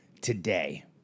today